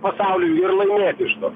pasauliui ir laimėt iš to